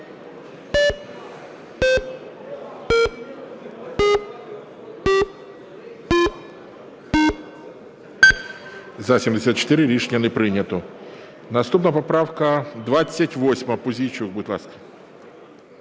За-74 Рішення не прийнято. Наступна поправка 28-а. Пузійчук, будь ласка.